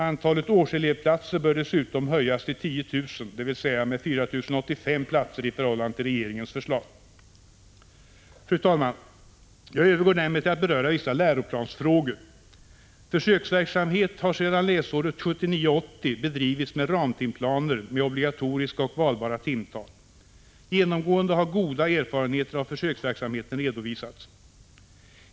Antalet årselevplatser bör dessutom höjas till Fru talman, jag övergår därmed till att beröra vissa läroplansfrågor. Försöksverksamhet har sedan läsåret 1979/80 bedrivits med ramtimplaner med obligatoriska och valbara timtal. Genomgående har goda erfarenheter av försöksverksamheten redovisats.